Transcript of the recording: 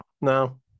No